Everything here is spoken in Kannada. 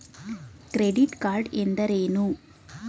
ಕ್ರೆಡಿಟ್ ಕಾರ್ಡ್ ಎಂದರೇನು?